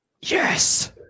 Yes